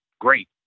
great